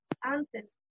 antes